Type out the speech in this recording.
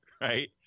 right